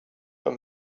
but